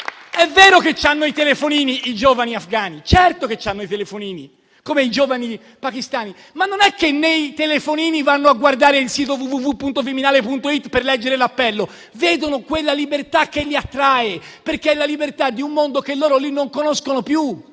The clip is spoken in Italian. È vero che hanno i telefonini, i giovani afghani, certo che ce l'hanno, come i giovani pakistani, ma non è che nei telefonini vadano a guardare il sito www.viminale.it per leggere l'appello: nei telefonini vedono libertà che li attrae, perché è quella di un mondo che nei loro Paesi non conoscono più.